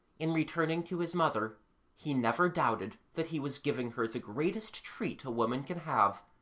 in returning to his mother he never doubted that he was giving her the greatest treat a woman can have.